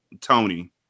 Tony